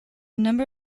number